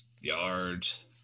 yards